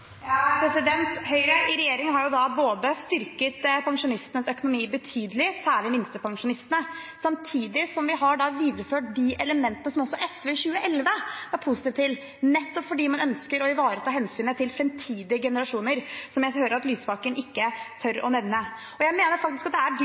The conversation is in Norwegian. Høyre i regjering har styrket pensjonistenes økonomi betydelig, særlig minstepensjonistenes. Samtidig har vi videreført de elementene som også SV i 2011 var positiv til, nettopp fordi man ønsker å ivareta hensynet til framtidige generasjoner, som jeg hører at Lysbakken ikke tør